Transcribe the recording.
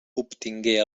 obtingué